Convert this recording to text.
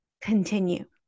continue